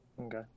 Okay